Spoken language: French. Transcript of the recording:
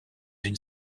une